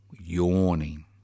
yawning